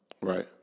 Right